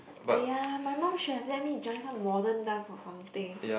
!aiya! my mum should have let me join some modern dance or something